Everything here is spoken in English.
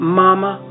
mama